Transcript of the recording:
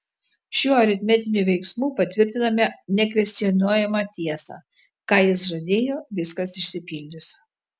šiuo aritmetiniu veiksmu patvirtiname nekvestionuojamą tiesą ką jis žadėjo viskas išsipildys